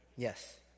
Yes